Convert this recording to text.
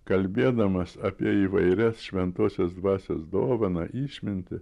kalbėdamas apie įvairias šventosios dvasios dovaną išmintį